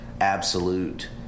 absolute